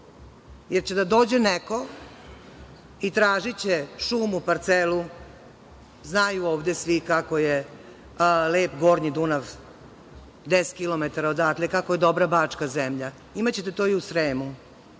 jer će da dođe neko i tražiće šumu, parcelu, znaju ovde svi kako je lep gornji Dunav, deset kilometara odatle, kako je dobra Bačka zemlja, imaćete to i u Sremu.